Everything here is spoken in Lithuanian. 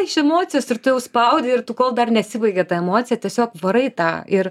iš emocijos ir tu jau spaudi ir tu kol dar nesibaigė ta emocija tiesiog varai tą ir